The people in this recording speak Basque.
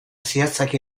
zehatzak